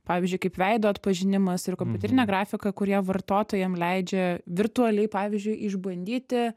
pavyzdžiui kaip veido atpažinimas ir kompiuterinė grafika kurie vartotojam leidžia virtualiai pavyzdžiui išbandyti